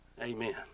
amen